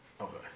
Okay